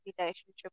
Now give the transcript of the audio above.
relationship